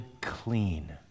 clean